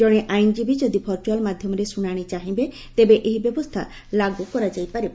ଜଣେ ଆଇନ୍ଜୀବୀ ଯଦି ଭର୍ଚୁଆଲ୍ ମାଧ୍ଘମରେ ଶୁଣାଶି ଚାହିଁବେ ତେବେ ଏହି ବ୍ୟବସ୍ତା ଲାଗୁ କରାଯାଇ ପାରିବ